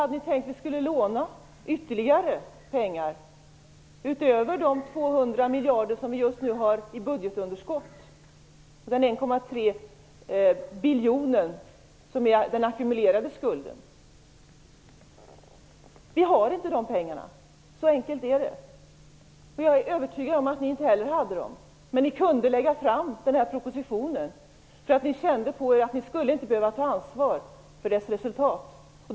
Hade ni tänkt att vi skulle låna ytterligare pengar, utöver de 200 miljarder som vi just nu har i budgetunderskott? Den ackumulerade skulden är 1,3 biljoner. Vi har inte dessa pengar. Så enkelt är det. Jag är övertygad om att inte ni heller hade dem. Ni kunde lägga fram den här propositionen, eftersom ni kände på er att ni inte skulle behöva ta ansvar för resultatet.